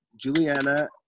Juliana